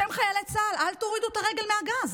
בשם חיילי צה"ל, אל תורידו את הרגל מהגז.